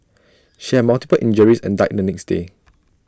she had multiple injuries and died the next day